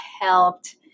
helped